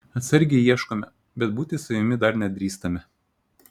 atsargiai ieškome bet būti savimi dar nedrįstame